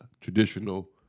traditional